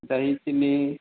दही चीनी